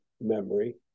memory